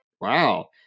Wow